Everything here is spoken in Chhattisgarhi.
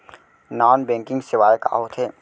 नॉन बैंकिंग सेवाएं का होथे?